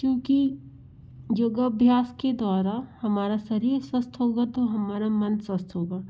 क्योंकि योगाभ्यास के दौरा हमारा शरीर स्वस्थ होगा तो हमारा मन स्वस्थ होगा